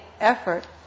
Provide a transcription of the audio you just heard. effort